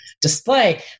display